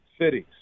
cities